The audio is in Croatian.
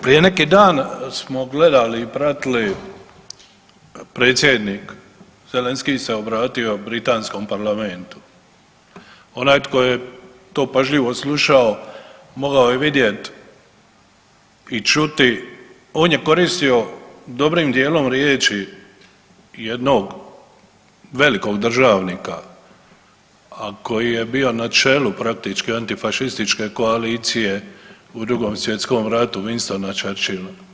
Prije neki dan smo gledali i pratili predsjednik Zelinskij se obratio Britanskom parlamentu, onaj tko je to pažljivo slušao mogao je vidjet i čuti, on je koristio dobrim dijelom riječi jednog velikog državnika, a koji je bio na čelu praktički antifašističke koalicije u II. svjetskom ratu Winston Churchilla.